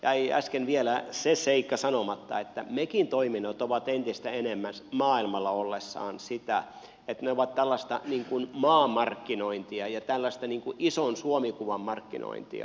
jäi äsken vielä se seikka sanomatta että mekin toiminnot ovat entistä enemmän maailmalla ollessaan sitä että ne ovat tällaista maamarkkinointia ja ison suomi kuvan markkinointia